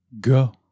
Go